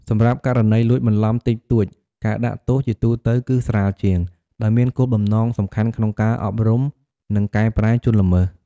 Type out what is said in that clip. សម្រាប់ករណីលួចបន្លំតិចតួច ការដាក់ទោសជាទូទៅគឺស្រាលជាង ដោយមានគោលបំណងសំខាន់ក្នុងការអប់រំ និងកែប្រែជនល្មើស។